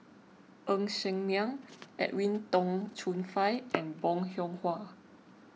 Ng Ser Miang Edwin Tong Chun Fai and Bong Hiong Hwa